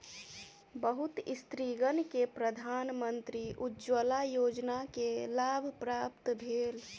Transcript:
बहुत स्त्रीगण के प्रधानमंत्री उज्ज्वला योजना के लाभ प्राप्त भेल